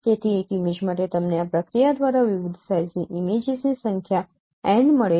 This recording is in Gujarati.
તેથી એક ઇમેજ માટે તમને આ પ્રક્રિયા દ્વારા વિવિધ સાઇઝની ઇમેજીસની સંખ્યા n મળે છે